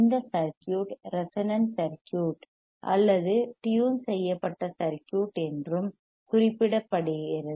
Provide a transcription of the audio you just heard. இந்த circuit resonant circuit அல்லது tune செய்யப்பட்ட சர்க்யூட் என்றும் குறிப்பிடப்படுகிறது